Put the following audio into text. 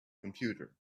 computer